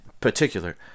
particular